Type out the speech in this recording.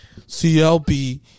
CLB